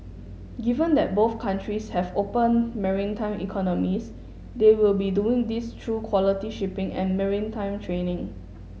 given that both countries have open maritime economies they will be doing this through quality shipping and maritime training